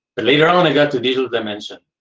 but later on, i got to digital dimension,